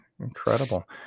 incredible